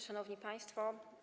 Szanowni Państwo!